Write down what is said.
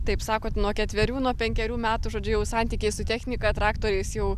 taip sakot nuo ketverių nuo penkerių metų žodžiu jau santykiai su technika traktoriais jau